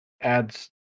adds